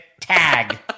Tag